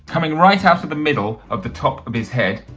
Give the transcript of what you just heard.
coming right out of the middle of the top of his head,